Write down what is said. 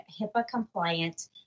HIPAA-compliant